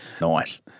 nice